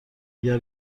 اگر